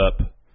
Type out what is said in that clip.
up